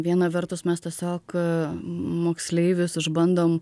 viena vertus mes tiesiog moksleivius išbandom